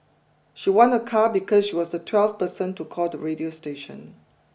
she won a car because she was the twelfth person to call the radio station